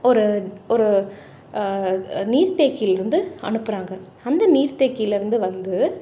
ஒரு ஒரு நீர் தேக்கியிலிருந்து அனுப்புகிறாங்க அந்த நீர் தேக்கியிலேருந்து வந்து